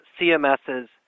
CMS's